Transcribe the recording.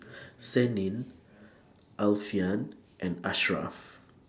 Senin Alfian and Asharaff